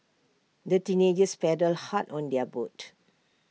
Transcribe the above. the teenagers paddled hard on their boat